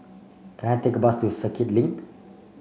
can I take a bus to Circuit Link